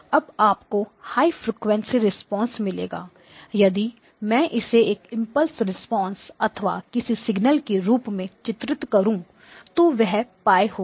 अब आपको high frequency response मिलेगा यदि मैं इसे एक इंपल्स रिस्पांस अथवा किसी सिग्नल के रूप में चित्रित करूं तो वह π होगा